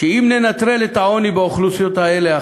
שאם ננטרל את העוני באוכלוסיות האלה,